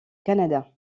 canada